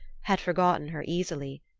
had forgotten her easily,